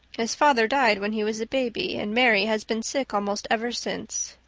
his father died when he was a baby and mary has been sick almost ever since.